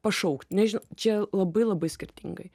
pašaukt nežin čia labai labai skirtingai